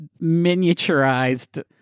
miniaturized